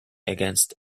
against